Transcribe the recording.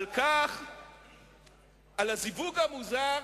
על הזיווג המוזר,